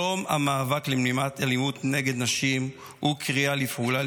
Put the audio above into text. יום המאבק למניעת אלימות נגד נשים הוא קריאה לפעולה,